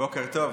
בוקר טוב,